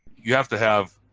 you have to have